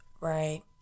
Right